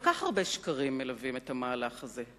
כל כך הרבה שקרים מלווים את המהלך הזה.